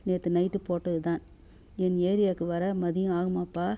நேற்று நைட்டு போட்டது தான் என் ஏரியாவுக்கு வர மதியம் ஆகுமாப்பா